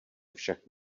však